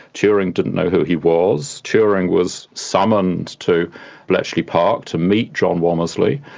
turing didn't know who he was. turing was summoned to bletchley park to meet john womersley,